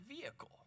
vehicle